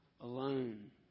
alone